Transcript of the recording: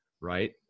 right